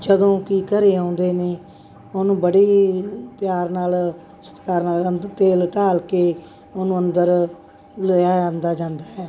ਜਦੋਂ ਕਿ ਘਰ ਆਉਂਦੇ ਨੇ ਉਹਨੂੰ ਬੜੇ ਪਿਆਰ ਨਾਲ ਸਤਿਕਾਰ ਨਾਲ ਅੰਦਰ ਤੇਲ ਢਾਲ ਕੇ ਉਹਨੂੰ ਅੰਦਰ ਲਿਆਉਂਦਾ ਜਾਂਦਾ ਹੈ